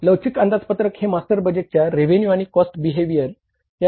लवचिक अंदाजपत्रक हे मास्टर बजेटच्या रेव्हेन्यू सुद्धा बदलते